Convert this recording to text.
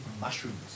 mushrooms